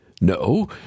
No